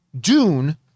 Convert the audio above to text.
Dune